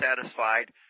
satisfied